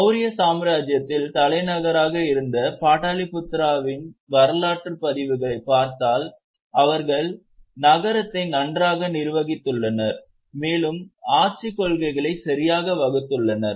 மௌரிய சாம்ராஜ்யத்தின் தலைநகராக இருந்த படாலிபுத்ராவின் வரலாற்று பதிவுகளைப் பார்த்தால் அவர்கள் நகரத்தை நன்றாக நிர்வகித்துள்ளனர் மேலும் ஆட்சி கொள்கைகளை சரியாக வகுத்துள்ளனர்